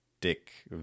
dick